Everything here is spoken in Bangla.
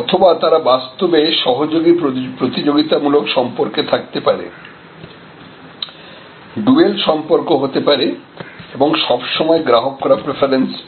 অথবা তারা বাস্তবে সহযোগী প্রতিযোগিতা মূলক সম্পর্কে থাকতে পারে ডুয়েল সম্পর্ক হতে পারে এবং সব সময় গ্রাহকরা প্রেফারেন্স পাবে